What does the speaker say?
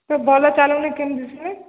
ତ ଭଲ ଚାଲନ କେମିତି ସିଏ